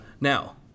Now